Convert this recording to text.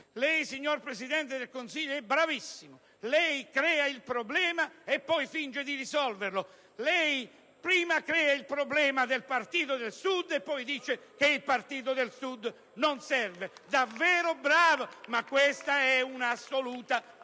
Lei, signor Presidente del Consiglio, è bravissimo: lei crea il problema e poi finge di risolverlo, prima crea il problema del partito del Sud e poi dice che il partito del Sud non serve. *(Applausi dal Gruppo IdV).* Davvero bravo, ma questa è un'assoluta